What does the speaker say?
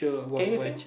can you think